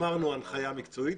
אמרנו הנחיה מקצועית.